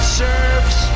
serves